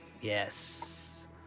yes